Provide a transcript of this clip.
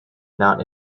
not